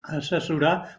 assessorar